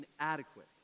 inadequate